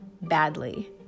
badly